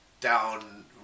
down